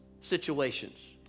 situations